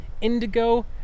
Indigo